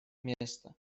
место